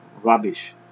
rubbish